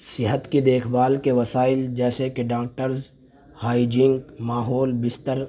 صحت کی دیکھ بھال کے وسائل جیسے کہ ڈاکٹرز ہائجونک ماحول بستر